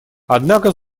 однако